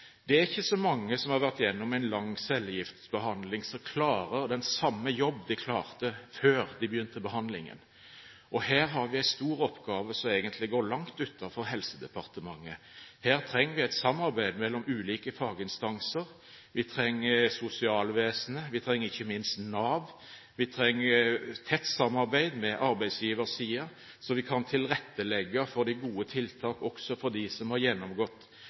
Det er ikke så mange som har vært igjennom en lang cellegiftbehandling, som klarer den samme jobben som de klarte før de begynte behandlingen. Her har vi en stor oppgave, som egentlig går langt utenfor Helsedepartementet. Her trenger vi et samarbeid mellom ulike faginstanser. Vi trenger sosialvesenet, vi trenger ikke minst Nav, vi trenger et tett samarbeid med arbeidsgiversiden, så vi kan tilrettelegge for de gode tiltakene også for dem som har gjennomgått